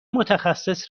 متخصص